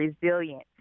resilient